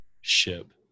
ship